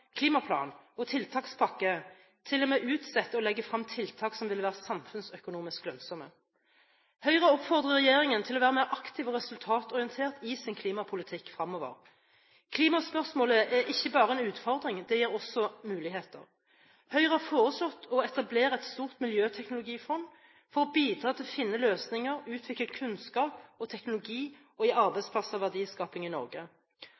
klimaplan og tiltakspakke, til og med utsetter å legge frem tiltak som ville vært samfunnsøkonomisk lønnsomme? Høyre oppfordrer regjeringen til å være mer aktiv og resultatorientert i sin klimapolitikk fremover. Klimaspørsmålet er ikke bare en utfordring, det gir også muligheter. Høyre har foreslått å etablere et stort miljøteknologifond for å bidra til å finne løsninger, utvikle kunnskap og teknologi og gi arbeidsplasser og verdiskaping i Norge.